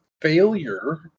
failure